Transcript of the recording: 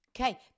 Okay